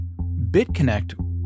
BitConnect